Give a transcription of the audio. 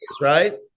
right